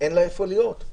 ואין לה איפה להיות.